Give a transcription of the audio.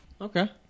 Okay